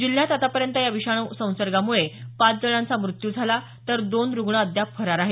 जिल्ह्यात आतापर्यंत या विषाणू संसर्गामुळे पाच जणांचा मृत्यू झाला आहे तर दोन रुग्ण अद्याप फरार आहेत